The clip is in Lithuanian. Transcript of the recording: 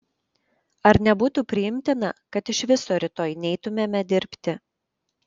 ar nebūtų priimtina kad iš viso rytoj neitumėme dirbti